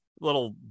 little